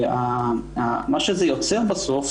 מה שזה יוצר בסוף,